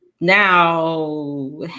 now